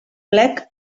plec